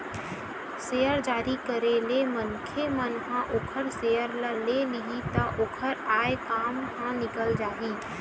share जारी करे ले मनखे मन ह ओखर सेयर ल ले लिही त ओखर आय काम ह निकल जाही